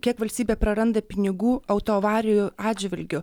kiek valstybė praranda pinigų autoavarijų atžvilgiu